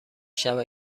شود